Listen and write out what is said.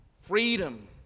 freedom